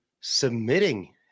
submitting